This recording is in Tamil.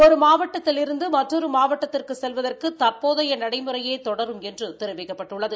ஒரு மாவட்டத்திலிருந்து மற்றொரு மாவட்டத்திற்கு செல்வதற்கு தற்போதைய நடைமுறையே தொடரும் என்றும் தெரிவிக்கப்பட்டுள்ளது